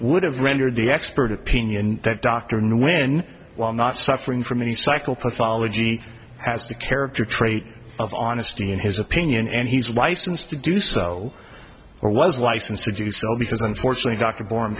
would have rendered the expert opinion that dr knew when while not suffering from any cycle pathology has the character trait of honesty in his opinion and he's licensed to do so or was licensed to do so because unfortunately dr born